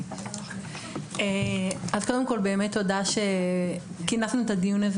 תודה על כינוס הדיון.